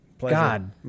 God